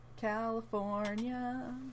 California